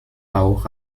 auch